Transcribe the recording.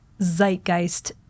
zeitgeist